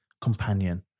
companion